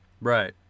Right